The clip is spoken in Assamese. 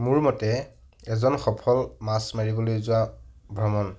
মোৰ মতে এজন সফল মাছ মাৰিবলৈ যোৱা ভ্ৰমণ